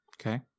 okay